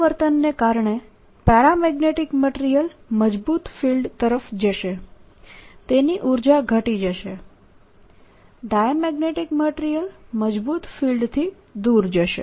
આ વર્તનને કારણે પેરામેગ્નેટીક મટીરીયલ મજબૂત ફિલ્ડ તરફ જશે તેની ઉર્જા ઘટી જશે ડાયામેગ્નેટીક મટીરીયલ મજબૂત ફિલ્ડથી દૂર જશે